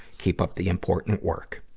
keep up the important work.